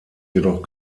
jedoch